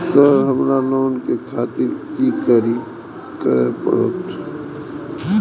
Sir हमरो loan ले खातिर की करें परतें?